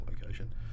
location